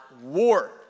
war